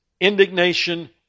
indignation